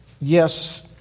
yes